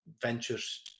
ventures